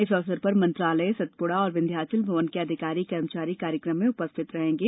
इस अवसर पर मंत्रालय सतपुड़ा एवं विंध्याचल भवन के अधिकारी कर्मचारी कार्यक्रम में उपस्थित रहेंगे